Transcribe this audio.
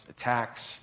attacks